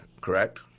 correct